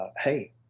hey